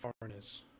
foreigners